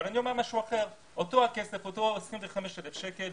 אבל אותם 25,000 שקל,